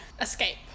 escape